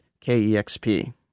KEXP